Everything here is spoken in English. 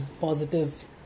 positive